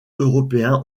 européen